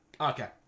Okay